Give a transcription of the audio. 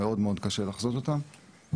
מאוד-מאוד קשה לחזות אותם.